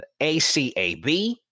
ACAB